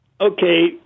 okay